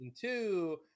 two